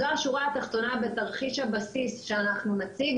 זו השורה התחתונה בתרחיש הבסיס שאנחנו נציג,